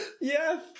Yes